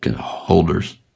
holders